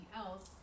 else